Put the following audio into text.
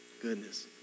goodness